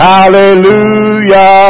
Hallelujah